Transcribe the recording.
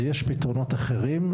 ויש פתרונות אחרים.